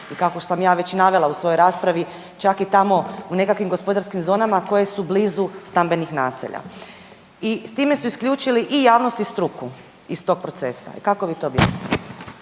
I kako sam ja već navela u svojoj raspravi čak i tamo u nekakvim gospodarskim zonama koje su blizu stambenih naselja i time su isključili i javnost i struku iz tog procesa. Kako vi to objašnjavate?